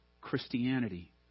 Christianity